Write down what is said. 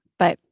but.